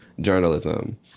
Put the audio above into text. journalism